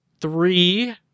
three